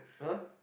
!huh!